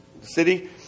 city